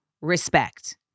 respect